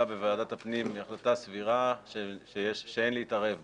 בוועדת הפנים היא החלטה סבירה שאין להתערב בה.